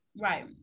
Right